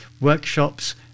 workshops